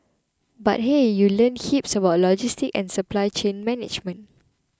but hey you learn heaps about logistics and supply chain management